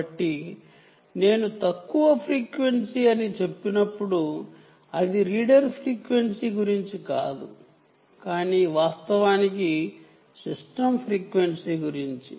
కాబట్టి నేను low frequency అని చెప్పినప్పుడు అది రీడర్ ఫ్రీక్వెన్సీ గురించి కాదు కానీ వాస్తవానికి సిస్టమ్ ఫ్రీక్వెన్సీ గురించి